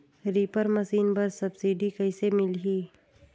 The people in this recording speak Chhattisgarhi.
रीपर मशीन बर सब्सिडी कइसे मिलही?